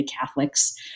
Catholics